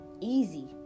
Easy